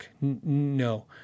No